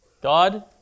God